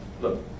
Look